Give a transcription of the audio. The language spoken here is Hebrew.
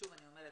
שוב אני אומרת,